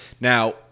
Now